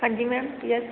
ਹਾਂਜੀ ma'am yes